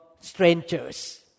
strangers